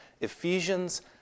Ephesians